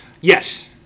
Yes